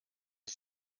ich